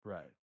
Right